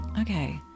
Okay